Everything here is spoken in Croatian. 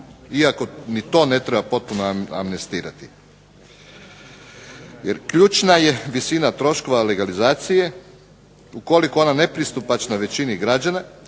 iako ni to ne treba potpuno amnestirati. Jer ključna je visina troškova legalizacije, ukoliko je ona nepristupačna većini građana